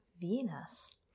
Venus